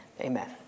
Amen